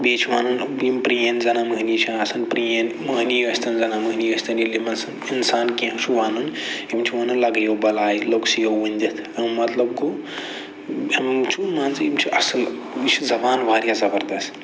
بیٚیہِ چھِ ونان یِم پرٛٲنۍ زنان مٔہنی چھِ آسان پرٛٲنۍ مٔہنی ٲسۍتن زنان مٔہنی ٲسۍتن ییٚلہِ یِمن اِنسان کینٛہہ چھُ ونان یِم چھِ ونان لَگیو بَلاے لوٚگسیو ؤندِتھ اَمہِ مَطلَب گوٚو چھُ منٛزٕ یِم چھِ اصٕل یہِ چھِ زبان واریاہ زبردس